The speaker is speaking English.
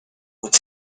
would